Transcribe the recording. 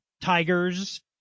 Tigers